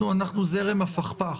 אנחנו זרם הפכפך.